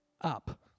up